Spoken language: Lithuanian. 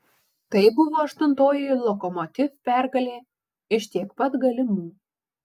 tai buvo aštuntoji lokomotiv pergalė iš tiek pat galimų